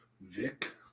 Vic